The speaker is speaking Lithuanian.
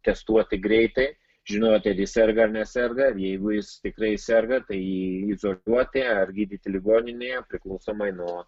testuoti greitai žinoti ar jis serga ar neserga jeigu jis tikrai serga tai jį izoliuoti ar gydyti ligoninėje priklausomai nuo